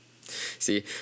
See